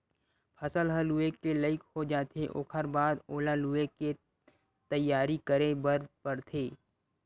फसल ह लूए के लइक हो जाथे ओखर बाद ओला लुवे के तइयारी करे बर परथे